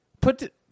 put